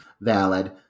Valid